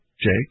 Jake